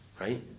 right